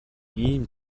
ийм